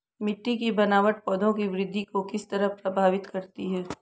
मिटटी की बनावट पौधों की वृद्धि को किस तरह प्रभावित करती है?